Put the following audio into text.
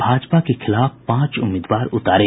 भाजपा के खिलाफ पांच उम्मीदवार उतारे